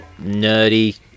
nerdy